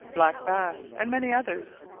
black bass, and many others.